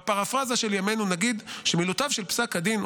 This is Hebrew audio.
בפרפרזה של ימינו נגיד שמילותיו של פסק הדין,